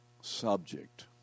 subject